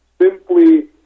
simply